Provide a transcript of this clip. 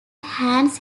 hans